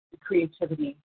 creativity